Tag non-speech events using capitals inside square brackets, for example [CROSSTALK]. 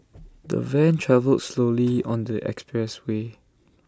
the van travelled [NOISE] slowly on the expressway